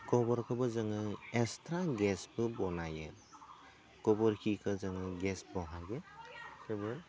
गोबोरखोबो जोङो एक्सट्रा गेसबो बानायो गोबोरखिखो जोङो गेस बाहायो थेवबो